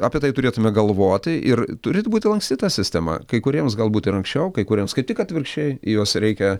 apie tai turėtume galvoti ir turėtų būti lanksti ta sistema kai kuriems galbūt ir anksčiau kai kuriems kaip tik atvirkščiai jos reikia